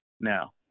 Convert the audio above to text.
now